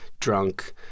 drunk